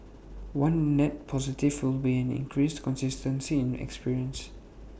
one net positive will be an increased consistency in experience